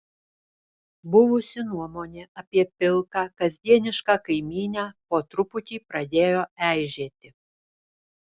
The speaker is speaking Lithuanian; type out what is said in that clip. buvusi nuomonė apie pilką kasdienišką kaimynę po truputį pradėjo eižėti